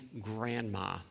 grandma